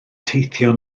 teithio